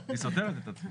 היא סותרת את עצמה.